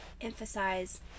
emphasize